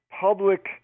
public